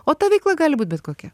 o ta veikla gali būt bet kokia